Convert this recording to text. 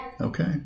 Okay